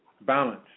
Balance